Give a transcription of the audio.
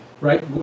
right